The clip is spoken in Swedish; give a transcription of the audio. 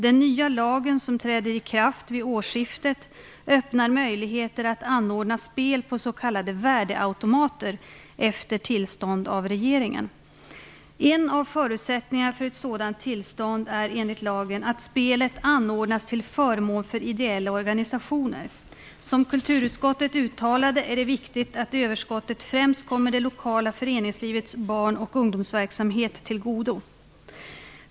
Den nya lagen, som träder i kraft vid årsskiftet, öppnar möjligheter att anordna spel på s.k. värdeautomater efter tillstånd av regeringen. En av förutsättningarna för ett sådant tillstånd är enligt lagen att spelet anordnas till förmån för ideella organisationer. Som kulturutskottet uttalade är det viktigt att överskottet främst kommer det lokala föreningslivets barn och ungdomsverksamhet till godo.